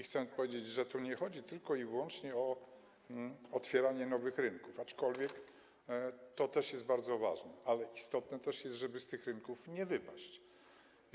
Chcę powiedzieć, że tu nie chodzi tylko i wyłącznie o otwieranie nowych rynków, aczkolwiek to też jest bardzo ważne, ale istotne też jest, żeby z tych rynków nie wypaść.